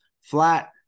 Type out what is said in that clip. flat